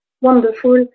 wonderful